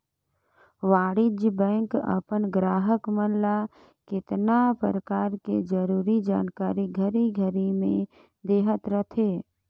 वाणिज्य बेंक अपन गराहक मन ल केतना परकार ले जरूरी जानकारी घरी घरी में देहत रथे